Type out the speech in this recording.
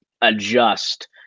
adjust